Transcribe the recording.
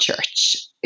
church